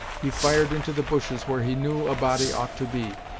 he fired into the bushes where he knew a body ought to be,